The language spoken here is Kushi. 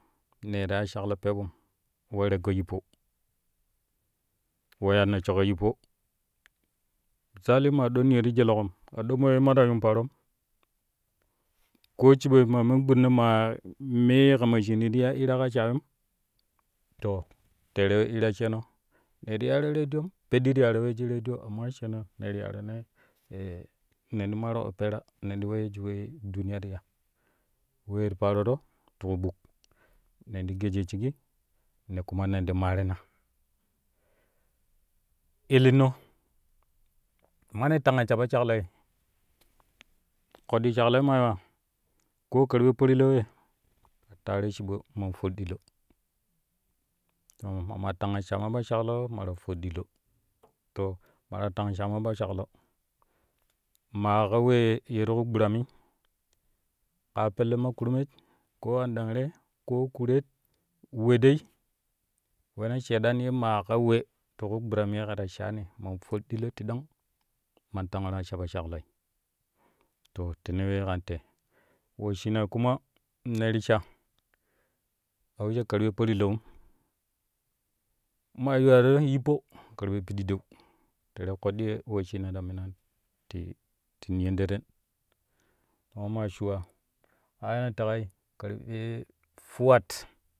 Nee ta ya shkolo pebum we rekko yippo we ya nessho ka yippo misali ma do niyo ti deleƙom a do mo ke ta yuun paaron koo shiɓoi ma men gbidino mee kama shinu ti ya hira ka shaayum to terei we hira sheeno ne ti yaaro radiyon peɗɗi to yaaro weeju radiyo amma sheeno ne ti hronoi ne ti maaro opera nen ti weyyo shi wee duniya ti ya we ti paroro ti ƙuɓuk nen ti gajjiyo shigi ne kuma nen ti maarina illit no mane tenga sha po shakloi koɗɗi shaƙloi ma yuwa koo karɓe parlau ye taro shiɓo man foɗɗulo mama tanga shama shaklo mata foɗɗulo, mama tang sha po shaklo ma ka wee ye ti ku gbarami kaa pelle ma kurmech koo aɗengre koo kuret we dei weeno shaiɗan ye ma ka we ti ku gburami ye kɛ ta shaani to tene we kan te wesshina kuma ne te sha a wujo karɓe parlawum ma yuwaro yippo karɓe pididau tere koɗɗi ye wesshnina ta mun ti ti niyonderen mamma shuwa kaa yene leƙa kari furat.